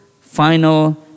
final